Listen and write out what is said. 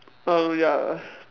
um ya